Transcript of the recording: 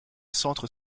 centre